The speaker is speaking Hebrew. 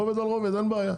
רובד על רובד אין בעיה,